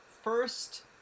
first